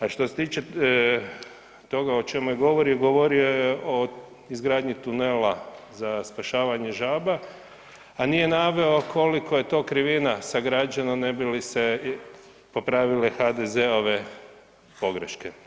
A što se tiče toga o čemu je govorio, govorio je o izgradnji tunela za spašavanje žaba, a nije naveo koliko je to krivina sagrađeno ne bi li se popravile HDZ-ove pogreške.